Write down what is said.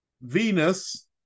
venus